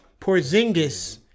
Porzingis